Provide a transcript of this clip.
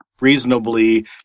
reasonably